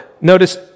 notice